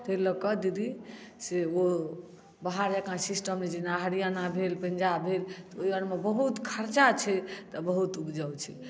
ताहि लऽ कऽ दीदी से ओ बाहर जँका सिस्टम नहि छै जेना हरियाणा भेल पंजाब भेल तऽ ओहि आओरमे बहुत खर्चा छै तऽ बहुत उपजाउ छै